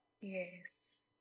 Yes